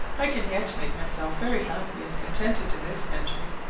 i can yet make myself very happy and contented in this country.